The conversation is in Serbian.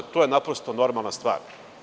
To je naprosto normalna stvar.